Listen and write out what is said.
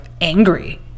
angry